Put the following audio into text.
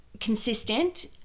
Consistent